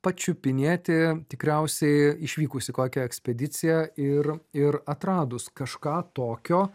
pačiupinėti tikriausiai išvykus į tokią ekspediciją ir ir atradus kažką tokio